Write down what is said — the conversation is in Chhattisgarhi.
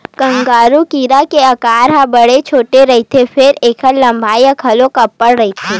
गेंगरूआ कीरा के अकार बड़े छोटे रहिथे फेर ऐखर लंबाई ह घलोक अब्बड़ रहिथे